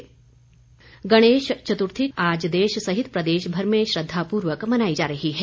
गणेश चतुर्थी गणेश चतुर्थी आज देश सहित प्रदेशभर में श्रद्वापूर्वक मनाई जा रही है